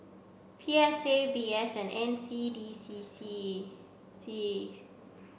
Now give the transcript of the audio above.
P S A V S and N C D C C C